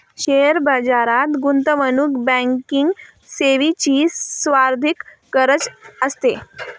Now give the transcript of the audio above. share बाजारात गुंतवणूक banking सेवेची सर्वाधिक गरज असते